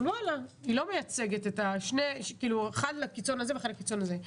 אחד לקיצון הזה ואחד לקיצון הזה.